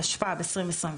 התשפ"ב-2022